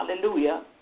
Hallelujah